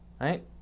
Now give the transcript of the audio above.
right